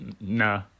Nah